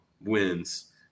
wins